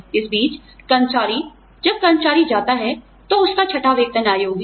इस बीच कर्मचारी जब कर्मचारी जाता है तो उसका छठा वेतन आयोग है